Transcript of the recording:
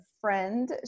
friend